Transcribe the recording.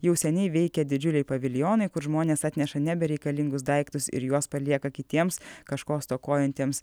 jau seniai veikia didžiuliai paviljonai kur žmonės atneša nebereikalingus daiktus ir juos palieka kitiems kažko stokojantiems